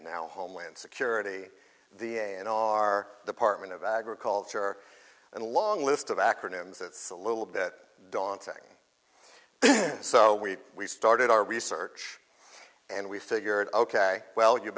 now homeland security the a in our department of agriculture and a long list of acronyms it's a little bit daunting so we started our research and we figured ok well you